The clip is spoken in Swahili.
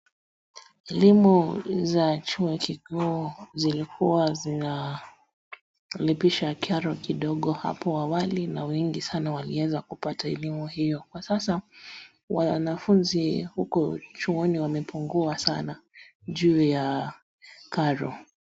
Elimu za chuo kiku zilikua zinaliikipisha karo kidogo hapo awali na wengi sana waliweza kupata elimu hiyo. Kwa sasa wanafunzi huko chuoni wamepungua sana juu ya karo.